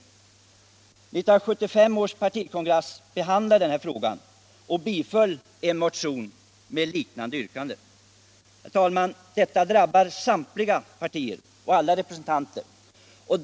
1975 års socialdemokratiska partikongress behandlade även denna fråga och biföll en motion från Karlstads arbetarekommun med liknande yrkande. Herr talman! Detta drabbar alla partier och samtliga representanter.